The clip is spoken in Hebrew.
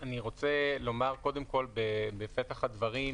אני רוצה לומר קודם כל בפתח הדברים,